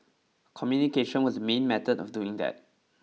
communication was the main method of doing that